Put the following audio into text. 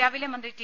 രാവിലെ മന്ത്രി ടി